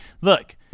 look